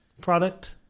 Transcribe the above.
product